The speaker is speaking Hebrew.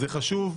זה חשוב,